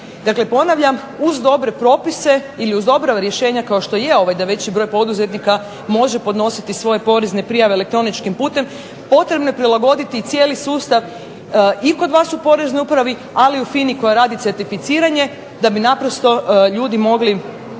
Dakle ponavljam, uz dobre propise i uz dobra rješenja kao što je ovaj da veći broj poduzetnika može podnositi svoje porezne prijave elektroničkim putem, potrebno je prilagoditi cijeli sustav i kod vas u poreznoj upravi, ali i u FINA-i koja radi certificiranje da bi naprosto ljudi mogli